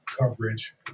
coverage